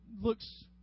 looks